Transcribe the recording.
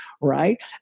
right